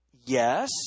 Yes